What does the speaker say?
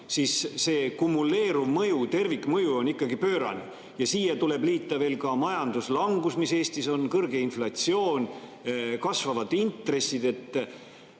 siis see kumuleeruv mõju, tervikmõju on ikkagi pöörane. Siia tuleb liita veel ka majanduslangus, mis Eestis on, kõrge inflatsioon, kasvavad intressid.